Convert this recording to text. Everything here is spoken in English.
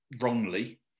Wrongly